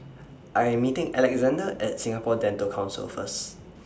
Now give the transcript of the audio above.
I Am meeting Alexander At Singapore Dental Council First